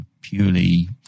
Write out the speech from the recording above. purely